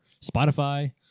Spotify